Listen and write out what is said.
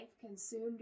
consumed